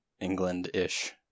england-ish